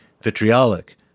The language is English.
vitriolic